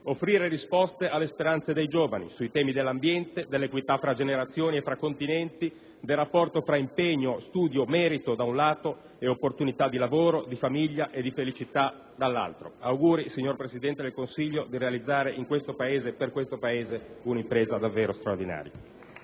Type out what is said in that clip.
offrire risposte alle speranze dei giovani sui temi dell'ambiente, dell'equità fra generazioni e fra continenti, del rapporto fra impegno, studio, merito, da un lato, e opportunità di lavoro, di famiglia e di felicità, dall'altro. Auguri, signor Presidente del Consiglio, di realizzare, in questo Paese e per questo Paese, un'impresa davvero straordinaria.